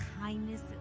kindness